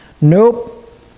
Nope